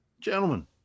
Gentlemen